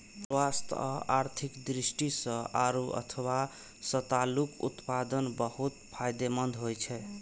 स्वास्थ्य आ आर्थिक दृष्टि सं आड़ू अथवा सतालूक उत्पादन बहुत फायदेमंद होइ छै